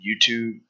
YouTube